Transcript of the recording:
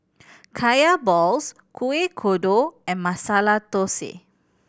Kaya balls Kuih Kodok and Masala Thosai